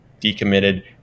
decommitted